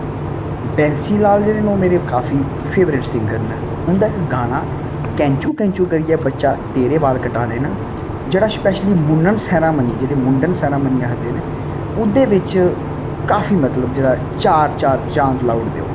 बैंसी लाल जेह्ड़े न ओह् मेरे काफी फेवरट सिंगर न उं'दा इक गाना कैंचू कैंचू करियै बच्चा तेरे बाल कटाने न जेह्ड़ा स्पैशली मुन्नन सैरामनी जेह्ड़े मुंडन सैरामनी आखदे न ओह्दे बिच्च काफी मतलब जेह्ड़ा चार चार चांद लाई ओड़दे ओह्